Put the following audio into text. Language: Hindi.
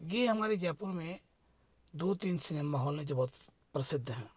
ये हमारे जयपुर में दो तीन सिनेमा हाल हैं जो बहुत प्रसिद्ध हैं